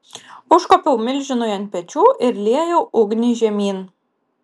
užkopiau milžinui ant pečių ir liejau ugnį žemyn